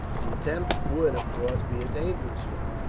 the attempt would, of course, be a dangerous one.